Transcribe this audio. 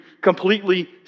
completely